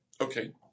Okay